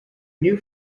new